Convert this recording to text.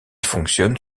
fonctionne